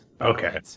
Okay